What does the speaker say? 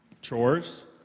Chores